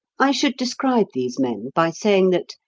i should describe these men by saying that,